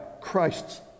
Christ's